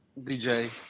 DJ